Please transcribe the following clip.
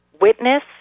witness